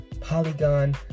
polygon